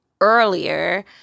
earlier